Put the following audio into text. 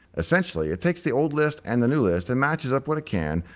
essentially, it takes the old list and the new list and matches up what it can,